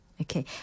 Okay